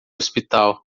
hospital